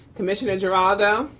commissioner geraldo.